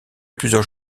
plusieurs